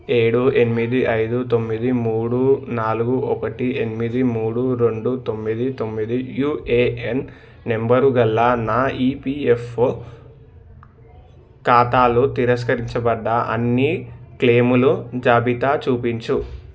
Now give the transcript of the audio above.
ఏడు ఎనిమిది ఐదు తొమ్మిది మూడు నాలుగు ఒకటి ఎనిమిది మూడు రెండు తొమ్మిది తొమ్మిది యుఏఎన్ నంబర్గల నా ఈపీఎఫ్ఓ ఖాతాలు తిరస్కరించబడ్డ అన్ని క్లెయిమ్లు జాబితా చూపించు